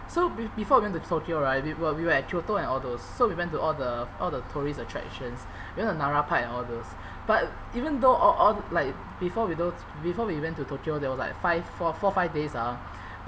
so be~ before we went to tokyo right we were we were at kyoto and all those so we went to all the all the tourist attractions we went to nara park and all those but even though a~ all like before we go s~ before we went to tokyo there was like five four four five days ah